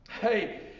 Hey